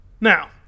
Now